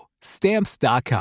Stamps.com